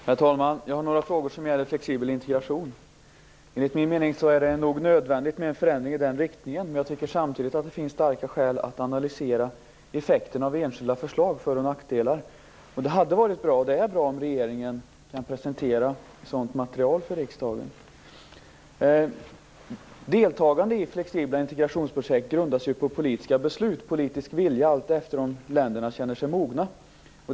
Herr talman! Jag har några frågor om flexibel integration. Enligt min mening är det nog nödvändigt med en förändring i den riktningen, men samtidigt finns det starka skäl att analysera effekterna av enskilda förslag, dvs. för och nackdelar. Det är bra om regeringen kan presentera ett sådant material för riksdagen. Deltagande i flexibla integrationsprojekt grundas på politiska beslut, på en politisk vilja, allteftersom länderna känner sig mogna för det.